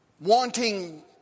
wanting